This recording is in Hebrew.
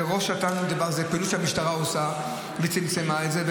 וראש את"ן, זאת פעילות שהמשטרה עושה וצמצמה את זה.